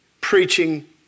preaching